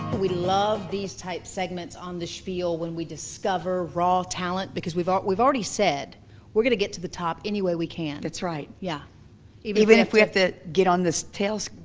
we love these type segments on the spiel when we discover raw talent. because we've ah we've already said we're gonna get to the top any way we can. that's right. yeah even if we have to get on this tailcoats.